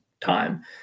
time